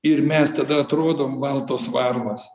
ir mes tada atrodom baltos varnos